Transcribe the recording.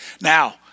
Now